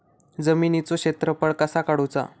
जमिनीचो क्षेत्रफळ कसा काढुचा?